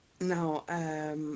Now